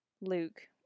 luke